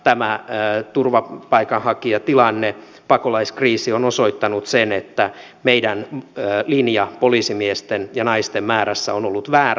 tämä turvapaikanhakijatilanne pakolaiskriisi on osoittanut sen että meidän linja poliisimiesten ja naisten määrässä on ollut väärä